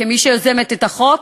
אומר כמי שיוזמת את החוק,